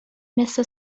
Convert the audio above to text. مثل